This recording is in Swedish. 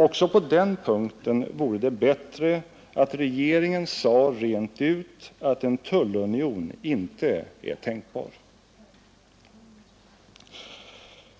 Också på den punkten vore det bättre att regeringen sade rent ut att en tullunion inte är tänkbar.